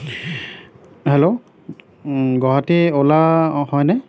hello Guwahati অ'লা হয়নে